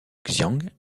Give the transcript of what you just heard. xian